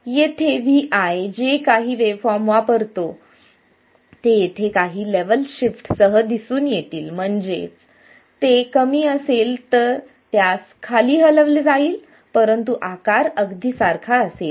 तर येथे Vi जे काही वेव्हफॉर्म वापरतो ते येथे काही लेव्हल शिफ्ट सह दिसून येतील म्हणजे ते कमी असेल तर त्यास खाली हलवले जाईल परंतु आकार अगदी सारखा असेल